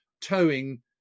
towing